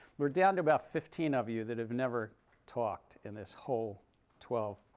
we're down to about fifteen of you that have never talked in this whole twelve